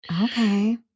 Okay